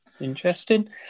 Interesting